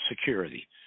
security